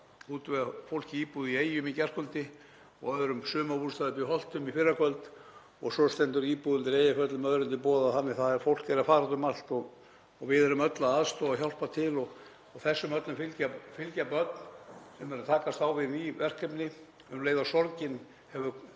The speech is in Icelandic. að útvega fólki íbúð í Eyjum í gærkvöldi og öðrum sumarbústað uppi í Holtum í fyrrakvöld og svo stendur íbúð undir Eyjafjöllum öðrum til boða, þannig að fólk er að fara út um allt og við erum öll að aðstoða og hjálpa til. Þessu fólki öllu fylgja börn sem eru að takast á við ný verkefni um leið og sorgin hefur